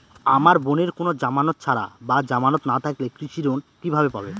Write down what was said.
আমার বোনের কোন জামানত ছাড়া বা জামানত না থাকলে কৃষি ঋণ কিভাবে পাবে?